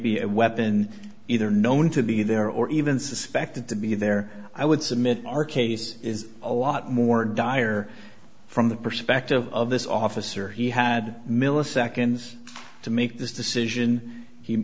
be a weapon either known to be there or even suspected to be there i would submit our case is a lot more dire from the perspective of this officer he had milliseconds to make this decision he